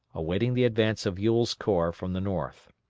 awaiting the advance of ewell's corps from the north.